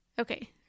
okay